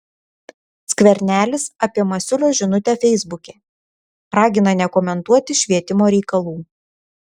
skvernelis apie masiulio žinutę feisbuke ragina nekomentuoti švietimo reikalų